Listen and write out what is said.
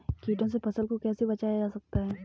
कीटों से फसल को कैसे बचाया जा सकता है?